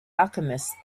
alchemist